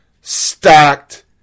stacked